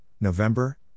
November